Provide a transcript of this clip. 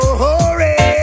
hurry